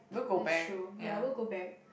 that's true ya we'll go back